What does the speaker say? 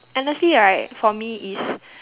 honestly right for me is